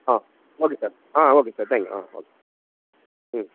ஆ okay sir ஆ okay sir thank you ஆ okay ம்